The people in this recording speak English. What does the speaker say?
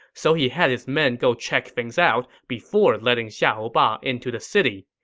so he had his men go check things out before letting xiahou ba into the city.